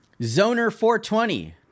Zoner420